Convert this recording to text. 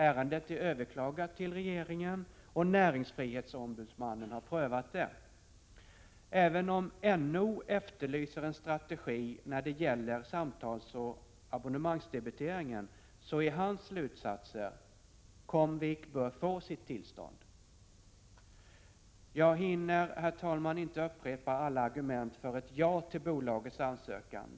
Ärendet är överklagat till regeringen, och näringsfrihetsombudsmannen har prövat det. Även om NO efterlyser en strategi när det gäller samtalsoch abonnemangsdebiteringen, är hans slutsats: Comvik bör få sitt tillstånd. Herr talman! Jag hinner inte upprepa alla argument för ett ja till bolagets ansökan.